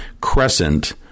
crescent